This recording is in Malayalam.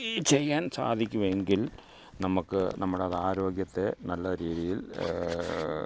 ചെയ്യാൻ സാധിക്കുമെങ്കിൽ നമുക്ക് നമ്മുടെ ആരോഗ്യത്തെ നല്ല രീതിയിൽ